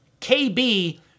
KB